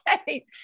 Okay